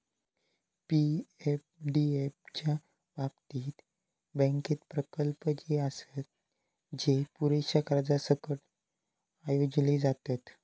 पी.एफडीएफ च्या बाबतीत, बँकेत प्रकल्प जे आसत, जे पुरेशा कर्जासकट आयोजले जातत